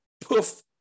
poof